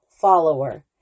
follower